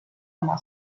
oma